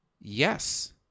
yes